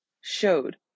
showed